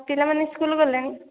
ପିଲାମାନେ ସ୍କୁଲ ଗଲେଣି